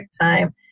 time